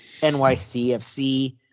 NYCFC